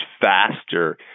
faster